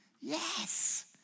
Yes